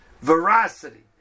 veracity